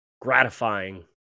gratifying